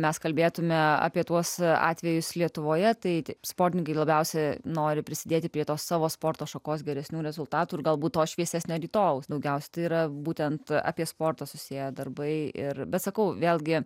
mes kalbėtumėme apie tuos atvejus lietuvoje tai sportininkai labiausiai nori prisidėti prie tos savo sporto šakos geresnių rezultatų ir galbūt to šviesesnio rytojaus daugiausiai tai yra būtent apie sportą susiję darbai ir bet sakau vėlgi